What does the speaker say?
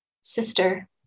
Sister